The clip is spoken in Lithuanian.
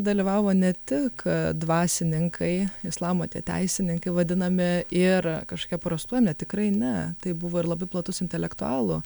dalyvavo ne tik dvasininkai islamo tie teisininkai vadinami ir kažkia prastuome tikrai ne tai buvo ir labai platus intelektualų